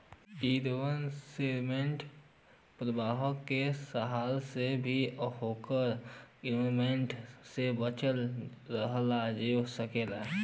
investment प्रबंधक के सलाह से भी ओवर इन्वेस्टमेंट से बचल रहल जा सकला